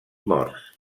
morts